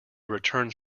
returns